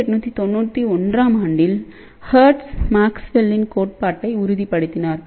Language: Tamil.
1891 ஆம் ஆண்டில் ஹெர்ட்ஸ் மேக்ஸ்வெல்லின் கோட்பாட்டை உறுதிப்படுத்தினார்